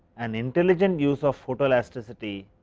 an intelligent use of photo elasticity,